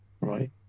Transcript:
right